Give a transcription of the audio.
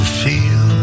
feel